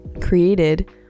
created